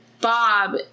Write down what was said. bob